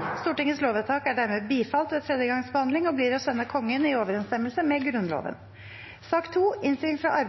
Stortingets møte 9. februar 2021. Det voteres dermed over lovvedtaket med den vedtatte anmerkning fra andre gangs behandling. Stortingets lovvedtak er dermed bifalt ved tredje gangs behandling og blir å sende Kongen i overensstemmelse med Grunnloven. Under debatten er